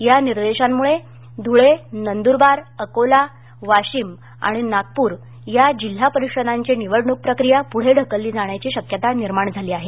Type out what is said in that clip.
या निर्देशांमुळे धूळे नंद्रबार अकोला वाशिम आणि नागपूर या जिल्हा परिषदांची निवडणुक प्रक्रीया पुढे ढकलली जाण्याची शक्यता निर्माण झाली आहे